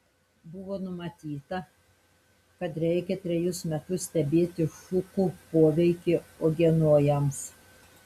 buvo numatyta kad reikia trejus metus stebėti šukų poveikį uogienojams